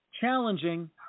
challenging